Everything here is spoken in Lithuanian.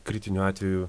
kritiniu atveju